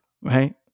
right